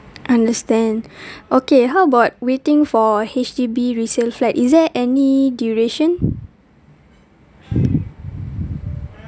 understand okay how about waiting for H_D_B resale flat is there any duration